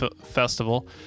Festival